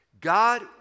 God